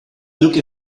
look